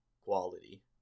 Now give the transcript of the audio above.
quality